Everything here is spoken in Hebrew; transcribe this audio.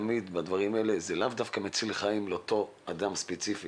זה לאו דווקא מציל חיים לאותו אדם ספציפי